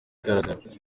igaragara